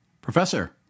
Professor